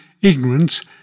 ignorance